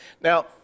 Now